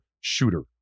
shooter